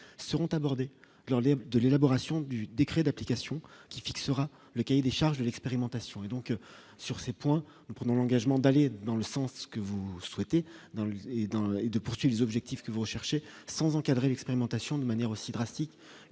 seront abordés dans l'est de l'élaboration du décret d'application qui fixera le cahier des charges de l'expérimentation et donc sur ces points, nous prenons l'engagement d'aller dans le sens que vous souhaitez dans l'île dans de poursuit des objectifs que vous recherchez sans encadrer l'expérimentation de manière aussi drastiques